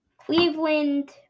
Cleveland